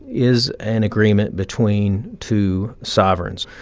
is an agreement between two sovereigns.